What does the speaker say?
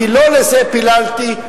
כי לא לזה פיללתי,